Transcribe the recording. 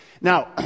Now